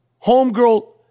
homegirl